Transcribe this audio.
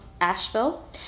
Asheville